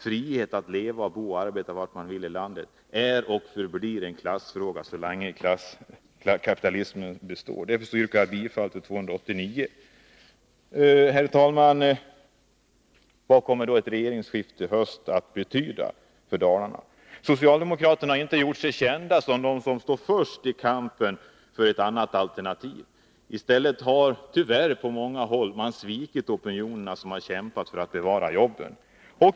Frihet att leva, bo och arbeta var man vill i landet är och förblir en klassfråga så länge kapitalismen består. Därför yrkar jag bifall till motion 289. Herr talman! Vad kommer ett regeringsskifte i höst att betyda för Dalarna? Socialdemokraterna har inte gjort sig kända som de som går först i kampen för ett annat alternativ. I stället har de tyvärr på många håll svikit opinioner som kämpat för att bevara jobben.